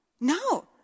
no